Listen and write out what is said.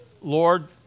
Lord